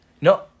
No